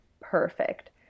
perfect